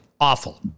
awful